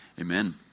Amen